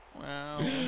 Wow